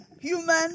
human